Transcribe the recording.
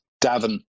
Davin